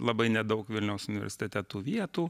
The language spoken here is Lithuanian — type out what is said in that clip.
labai nedaug vilniaus universitete tų vietų